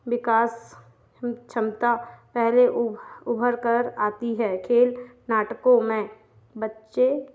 विकास क्षमता पहले उभरकर आती है खेल नाटकों में बच्चे